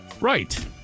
Right